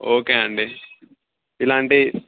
okay అండి ఇలాంటి